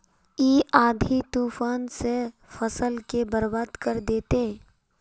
इ आँधी तूफान ते फसल के बर्बाद कर देते?